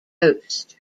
host